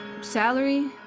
salary